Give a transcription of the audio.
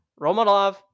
Romanov